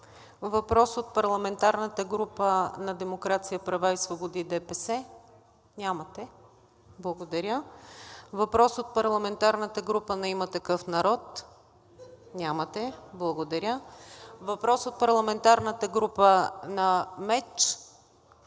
Въпрос от парламентарната група на „Демокрация, права и свободи – ДПС“? Нямате. Благодаря. Въпрос от парламентарната група на „Има Такъв Народ“? Нямате. Благодаря. Въпрос от парламентарната група на МЕЧ?